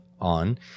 on